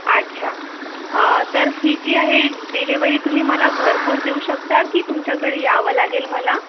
अच्छा तर ही जी आहे डिलेवरी तुम्ही मला घरपोच देऊ शकता की तुमच्याकडे यावं लागेल मला